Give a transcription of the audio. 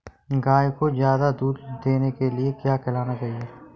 गाय को ज्यादा दूध देने के लिए क्या खिलाना चाहिए?